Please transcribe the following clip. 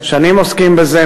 שנים עוסקים בזה,